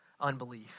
unbelief